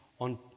On